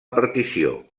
partició